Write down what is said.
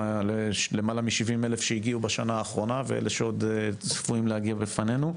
למעלה מ- 70,000 שהגיעו בשנה האחרונה ואלה שעוד צפויים להגיע בפנינו,